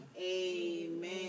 Amen